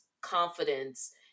confidence